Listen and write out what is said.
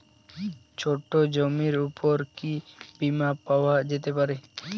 ছোট জমির উপর কি বীমা পাওয়া যেতে পারে?